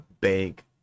bank